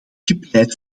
gepleit